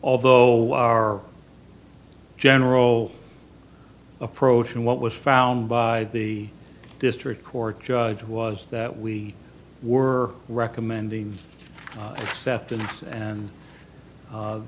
although our general approach and what was found by the district court judge was that we were recommending stepped in and